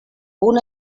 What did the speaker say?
una